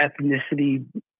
ethnicity